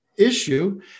issue